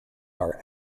are